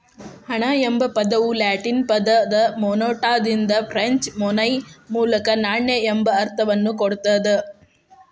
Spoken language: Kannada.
ಹಣ ಎಂಬ ಪದವು ಲ್ಯಾಟಿನ್ ಪದ ಮೊನೆಟಾದಿಂದ ಫ್ರೆಂಚ್ ಮೊನೈ ಮೂಲಕ ನಾಣ್ಯ ಎಂಬ ಅರ್ಥವನ್ನ ಕೊಡ್ತದ